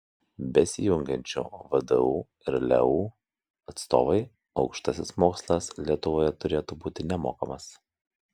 besijungiančių vdu ir leu atstovai aukštasis mokslas lietuvoje turėtų būti nemokamas